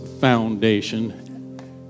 foundation